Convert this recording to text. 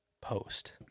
post